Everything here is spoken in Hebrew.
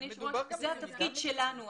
זה התפקיד שלנו.